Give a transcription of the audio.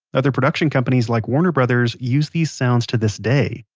other production companies, like warner brothers, use these sounds to this day.